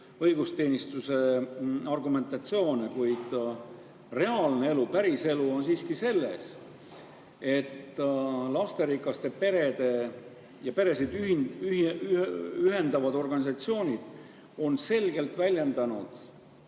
õigusteenistuse argumentatsioone. Kuid reaalne elu, päriselu on siiski selline, et lasterikkaid peresid ühendavad organisatsioonid on selgelt väljendanud